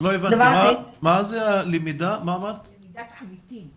מה זה למידת עמיתים?